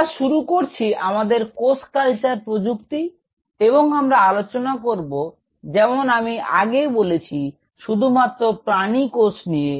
আমরা শুরু করছি আমাদের কোষ কালচার প্রযুক্তি এবং আমরা আলোচনা করব যেমন আমি আগে বলেছি শুধুমাত্র প্রানী কোষ নিয়ে